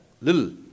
little